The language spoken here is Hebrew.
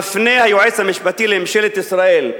מפנה היועץ המשפטי לממשלת ישראל,